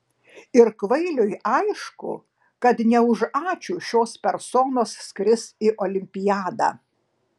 ir kvailiui aišku kad ne už ačiū šios personos skris į olimpiadą